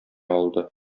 алды